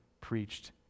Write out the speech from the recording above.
preached